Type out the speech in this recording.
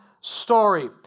story